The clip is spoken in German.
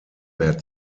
mehr